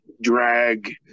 drag